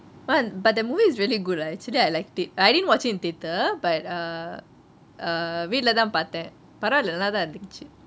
but the movie is really good lah actually I liked it I didn't watch in theatre but err err வீட்டுலத்தான் பார்த்தேன் பரிவாயில்லை நல்லாத்தான் இருந்துச்சி:veetulehtaan paarthen paravaayillai nallathaan irunthuchi